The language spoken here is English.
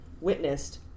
witnessed